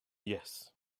yes